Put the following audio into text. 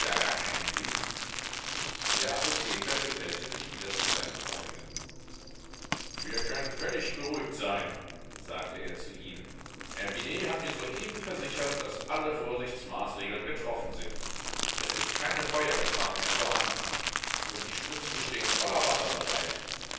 gar keinen sinn der apotheker gesellte sich wieder zu seinen freunden wir können völlig beruhigt sein sagte er zu ihnen herr binet hat mir soeben versichert daß alle vorsichtsmaßregeln getroffen sind es ist keine feuergefahr mehr vorhanden und die spritzen stehen voller wasser bereit